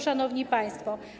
Szanowni Państwo!